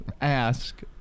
ask